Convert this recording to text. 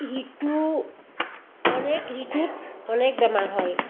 ঋতু অনেক ঋতুত অনেক বেমাৰ হয়